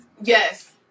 Yes